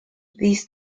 these